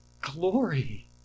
glory